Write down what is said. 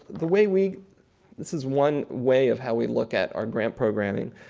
the way we this is one way of how we look at our grant programming.